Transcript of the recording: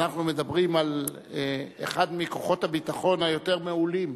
אנחנו מדברים על אחד מכוחות הביטחון היותר-מעולים.